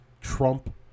Trump